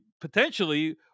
potentially